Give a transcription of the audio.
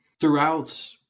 Throughout